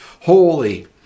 holy